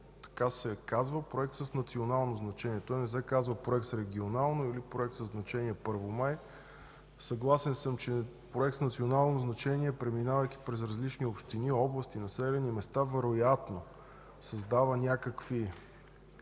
който се казва „проект с национално значение”. Той не се казва „проект с регионално” или „проект със значение Първомай”. Съгласен съм, че проект с национално значение, преминавайки през различни общини, области, населени места вероятно създава някакви